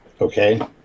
okay